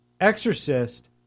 Exorcist